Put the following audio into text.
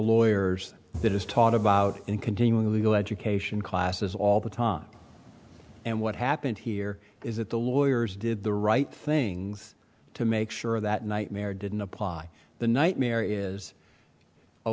lawyers that is taught about in continuing legal education classes all the time and what happened here is that the lawyers did the right things to make sure that nightmare didn't apply the nightmare is a